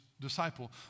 disciple